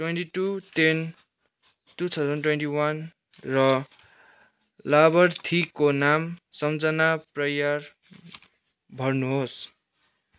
twenty two ten two thousand twenty one र लाभार्थीको नाम सम्झना परियार भर्नुहोस्